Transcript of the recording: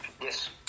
Yes